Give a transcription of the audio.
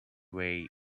way